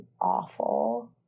awful